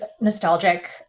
nostalgic